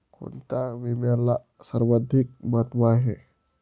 कोणता विम्याला सर्वाधिक महत्व आहे?